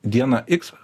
dieną x